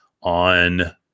on